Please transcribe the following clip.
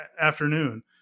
afternoon